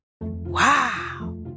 Wow